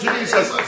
Jesus